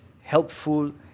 helpful